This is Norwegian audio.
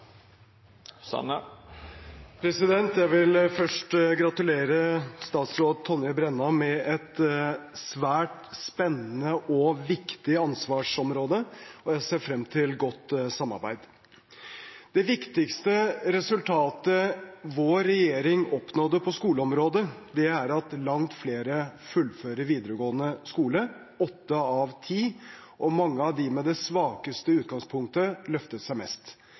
Jeg vil først gratulere statsråd Tonje Brenna med et svært spennende og viktig ansvarsområde, og jeg ser frem til godt samarbeid. Det viktigste resultatet vår regjering oppnådde på skoleområdet, er at langt flere fullfører videregående skole – åtte av ti – og mange av dem med det svakeste utgangspunktet løftet seg mest.